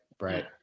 Right